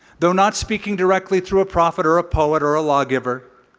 though not speaking directly through a prophet or a poet or a law giver